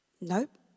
nope